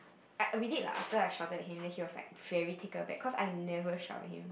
I~ we did lah after we shouted at him then he was like very taken back cause I never shout at him